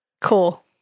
cool